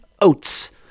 oats